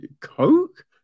Coke